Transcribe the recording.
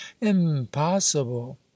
impossible